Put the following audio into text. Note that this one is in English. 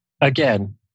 again